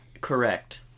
Correct